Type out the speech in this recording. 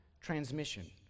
transmission